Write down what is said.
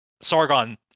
Sargon